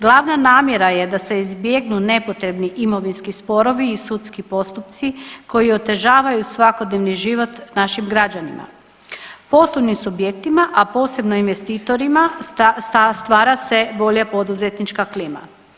Glavna namjera je da se izbjegnu nepotrebni imovinski sporovi i sudski postupci koji otežavaju svakodnevni život našim građanima, poslovnim subjektima, a posebno investitorima stvara se bolja poduzetnička klima.